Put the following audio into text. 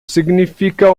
significa